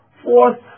Fourth